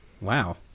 Wow